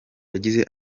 yagize